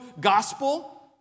gospel